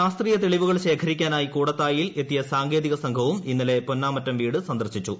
ശാസ്ത്രീയ തെളിവുകൾ ശേഖരിക്കാനായി കൂടത്തായിയിൽ എത്തിയ സാങ്കേതിക സംഘവും ഇന്നലെ പൊന്നാമറ്റം വീട് സന്ദർശിച്ചു